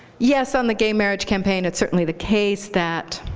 yes, on the gay marriage campaign it's certainly the case that